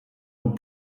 lub